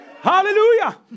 hallelujah